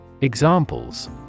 Examples